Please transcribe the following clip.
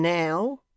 now